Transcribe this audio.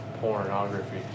pornography